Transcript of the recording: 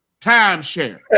Timeshare